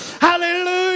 Hallelujah